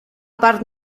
part